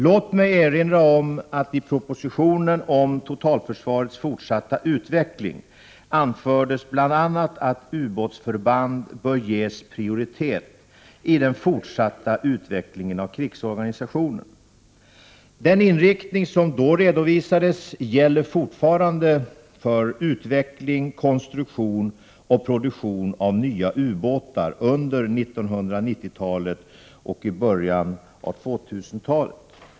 Låt mig erinra om att i propositionen om totalförsvarets fortsatta utveckling anfördes bl.a. att ubåtsförband bör ges prioritet i den fortsatta utvecklingen av krigsorganisationen. Den inriktning som då redovisades gäller fortfarande för utveckling, konstruktion och produktion av nya ubåtar under 1990-talet och i början av 2000-talet.